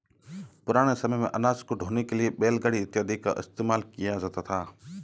पुराने समय मेंअनाज को ढोने के लिए बैलगाड़ी इत्यादि का इस्तेमाल किया जाता था